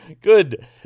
Good